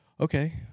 okay